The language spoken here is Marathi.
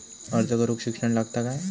अर्ज करूक शिक्षण लागता काय?